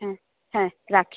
হ্যাঁ হ্যাঁ রাখি